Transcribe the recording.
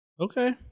Okay